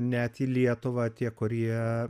net į lietuvą tie kurie